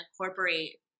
incorporate